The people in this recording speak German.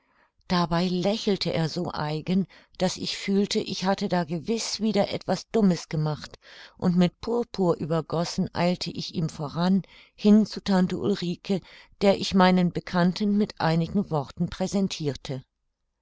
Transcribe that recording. dabei lächelte er so eigen daß ich fühlte ich hatte da gewiß wieder etwas dummes gemacht und mit purpur übergossen eilte ich ihm voran hin zu tante ulrike der ich meinen bekannten mit einigen worten präsentirte